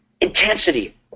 Intensity